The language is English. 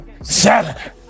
seven